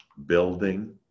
building